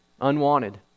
Unwanted